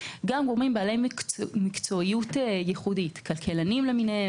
גם גורמים בעלי מקצועיות ייחודית כלכלנים למיניהם,